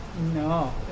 No